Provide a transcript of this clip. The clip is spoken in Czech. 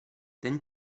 ten